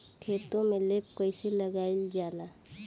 खेतो में लेप कईसे लगाई ल जाला?